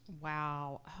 wow